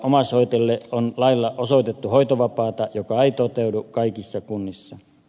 omaishoitajille on lailla osoitettu hoitovapaa joka ei toteudu kaikissa kunnissa